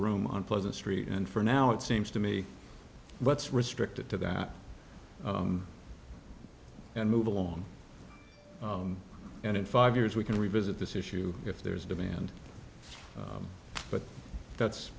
room on pleasant street and for now it seems to me what's restricted to that and move along and in five years we can revisit this issue if there's demand but that's